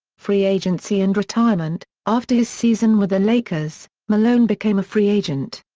free agency and retirement after his season with the lakers, malone became a free agent.